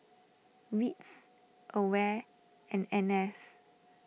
Wits Aware and N S